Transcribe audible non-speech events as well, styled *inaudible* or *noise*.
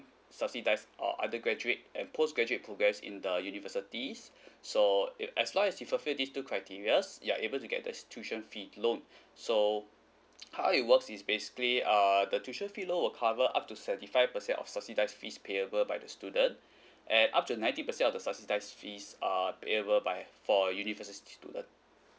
subsidise or undergraduate and postgraduate progress in the universities so it as long as you fulfil these two criteria you're able to get this tuition fee loan so *noise* how it works is basically uh the tuition fee loan will cover up to seventy five percent of subsidised fees payable by the student and up to ninety percent of the subsidised fees are payable by for university student